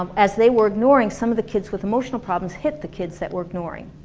um as they were ignoring, some of the kids with emotional problems hit the kids that were ignoring.